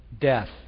death